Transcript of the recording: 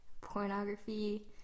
pornography